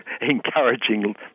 Encouraging